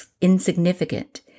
insignificant